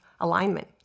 alignment